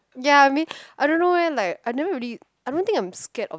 ya I mean I don't know leh like I never really I don't think I'm scared of